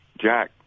Jack